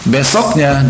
Besoknya